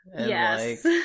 Yes